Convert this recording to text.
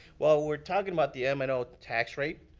well, we're talking about the m and o tax rate.